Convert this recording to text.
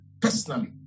personally